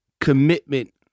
commitment